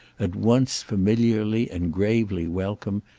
at once familiarly and gravely welcome,